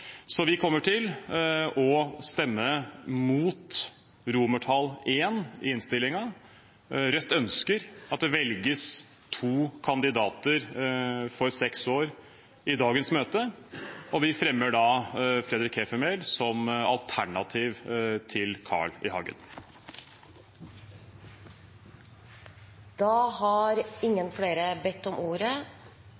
Vi kommer til å stemme mot I i innstillingen. Rødt ønsker at det velges to kandidater for seks år i dagens møte, og vi fremmer forslag om Fredrik Heffermehl som alternativ til Carl I. Hagen. Jeg tar da opp Rødts forslag. Representanten Bjørnar Moxnes har